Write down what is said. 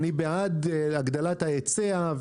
אני בעד הגדלת ההיצע.